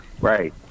right